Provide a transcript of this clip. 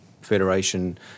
federation